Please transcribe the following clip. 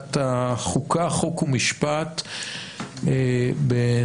ועדת החוקה, חוק ומשפט בנושא